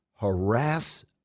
harass